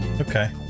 Okay